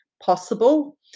Possible